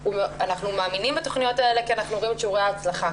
אנחנו מאמינים בתכניות האלה כי אנחנו רואים את שיעורי ההצלחה.